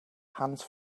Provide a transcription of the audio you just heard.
hands